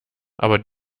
aber